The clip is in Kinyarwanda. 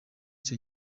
icyo